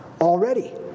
already